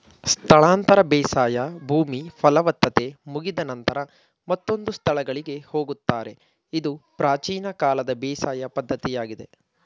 ಸ್ಥಳಾಂತರ ಬೇಸಾಯ ಭೂಮಿ ಫಲವತ್ತತೆ ಮುಗಿದ ನಂತರ ಮತ್ತೊಂದು ಸ್ಥಳಗಳಿಗೆ ಹೋಗುತ್ತಾರೆ ಇದು ಪ್ರಾಚೀನ ಕಾಲದ ಬೇಸಾಯ ಪದ್ಧತಿಯಾಗಿದೆ